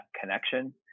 connection